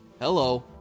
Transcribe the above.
Hello